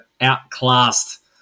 outclassed